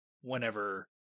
whenever